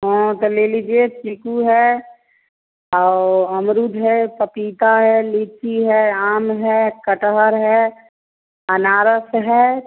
हँ तो ले लीजिए चीकू है और अमरूद है पपीता है लीची है आम है कटहल है अनानास है